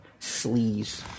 sleaze